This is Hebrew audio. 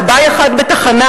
כבאי אחד בתחנה.